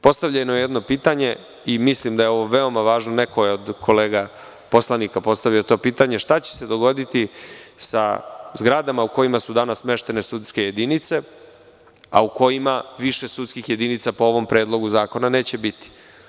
Postavljeno je jedno pitanje i mislim da je ovo veoma važno – šta će se dogoditi sa zgradama u kojima su danas smeštene sudske jedinice, a u kojima više sudskih jedinica po ovom predlogu zakona neće biti?